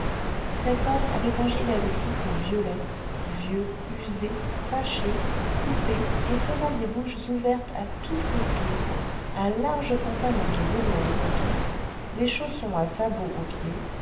cet homme avait un gilet de tricot violet vieux usé taché coupé et faisant des bouches ouvertes à tous ses plis un large pantalon de velours de coton des chaussons à sabots aux pieds